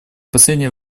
последнее